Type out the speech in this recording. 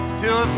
till